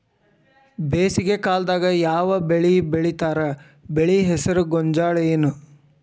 ಬೇಸಿಗೆ ಕಾಲದಾಗ ಯಾವ್ ಬೆಳಿ ಬೆಳಿತಾರ, ಬೆಳಿ ಹೆಸರು ಗೋಂಜಾಳ ಏನ್?